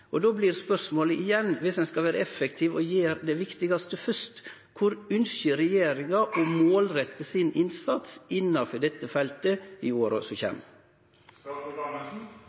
Då vert spørsmålet igjen: Dersom ein skal vere effektiv og gjere det viktigaste først, kvar ønskjer regjeringa å målrette innsatsen sin innanfor dette feltet i åra som kjem?